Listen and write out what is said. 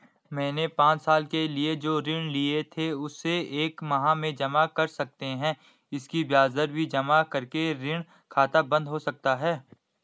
मैंने पांच साल के लिए जो ऋण लिए थे उसे एक माह में जमा कर सकते हैं इसकी ब्याज दर भी जमा करके ऋण खाता बन्द हो सकता है?